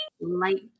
light